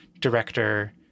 director